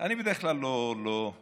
אני בדרך כלל לא מגיב,